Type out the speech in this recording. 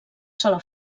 sola